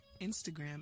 Instagram